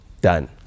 done